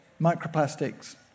Microplastics